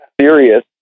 Serious